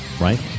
right